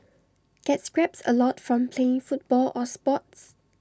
get scrapes A lot from playing football or sports